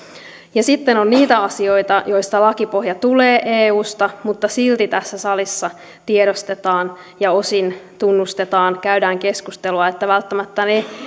ja sitten on niitä asioita joissa lakipohja tulee eusta mutta silti tässä salissa tiedostetaan ja osin tunnustetaan käydään keskustelua että välttämättä ne